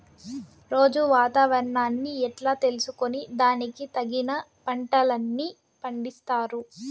రోజూ వాతావరణాన్ని ఎట్లా తెలుసుకొని దానికి తగిన పంటలని పండిస్తారు?